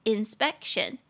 Inspection